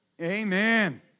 Amen